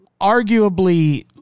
arguably